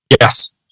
Yes